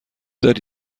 داری